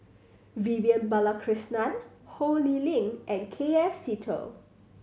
Vivian Balakrishnan Ho Lee Ling and K F Seetoh